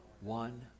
one